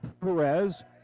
perez